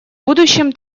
будущем